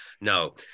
no